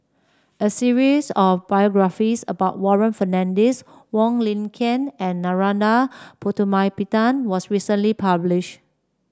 a series of biographies about Warren Fernandez Wong Lin Ken and Narana Putumaippittan was recently publish